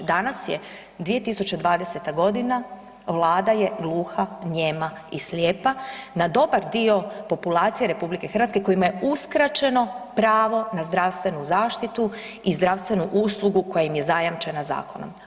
Danas je 2020. g., Vlada je gluha, nijema i slijepa na dobar dio populacije RH kojima je uskraćeno pravo na zdravstvenu zaštitu i zdravstvenu uslugu koja im je zajamčena zakonom.